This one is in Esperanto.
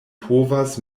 povas